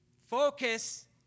focus